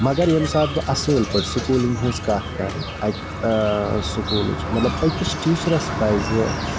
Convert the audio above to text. مگر ییٚمہِ ساتہٕ بہٕ اَصل پٲٹھۍ سکوٗلِنٛگ ہٕنٛز کَتھ کَرٕ اَکہِ سکوٗلٕچ مطلب أکِس ٹیٖچرَس پَزِ